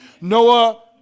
Noah